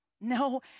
no